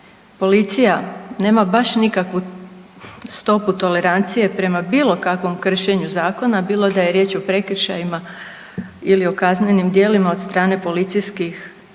Policija nema baš nikakvu stopu tolerancije prema bilo kakvom kršenju zakona bilo da je riječ o prekršajima ili o kaznenim djelima od strane policijskih